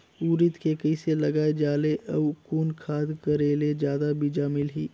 उरीद के कइसे लगाय जाले अउ कोन खाद कर करेले जादा बीजा मिलही?